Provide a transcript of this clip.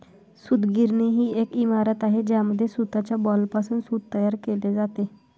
सूतगिरणी ही एक इमारत आहे ज्यामध्ये सूताच्या बॉलपासून सूत तयार केले जाते